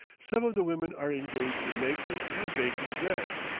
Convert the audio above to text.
some of the women are engaged in making and baking bread,